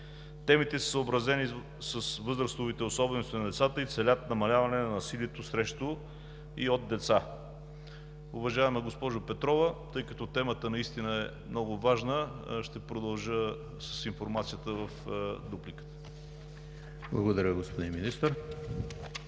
Темите са съобразени с възрастовите особености на децата и целят намаляване на насилието срещу и от деца. Уважаема госпожо Петрова, тъй като темата наистина е много важна, ще продължа с информацията в дупликата. ПРЕДСЕДАТЕЛ ЕМИЛ